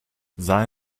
sei